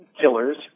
killers